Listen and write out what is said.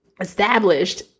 established